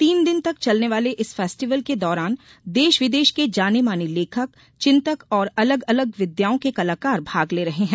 तीन दिन तक चलने वाले इस फेस्टिवल के दौरान देश विदेश के जाने माने लेखक चिंतक और अलग अलग विधाओं के कलाकार भाग ले रहे हैं